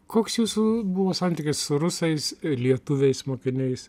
koks jūsų buvo santykis su rusais lietuviais mokiniais